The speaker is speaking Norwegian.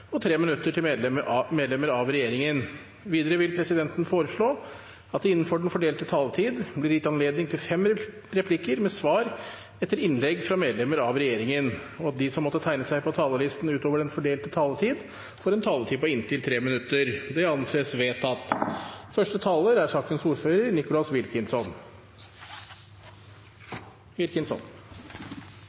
inntil tre replikker med svar etter innlegg fra partienes hovedtalere og inntil åtte replikker med svar etter innlegg fra medlemmer av regjeringen. Videre blir det foreslått at de som måtte tegne seg på talerlisten utover den fordelte taletid, får en taletid på inntil 3 minutter. – Det anses vedtatt.